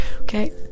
Okay